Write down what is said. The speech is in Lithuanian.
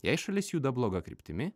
jei šalis juda bloga kryptimi